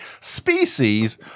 species